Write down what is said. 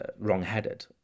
wrong-headed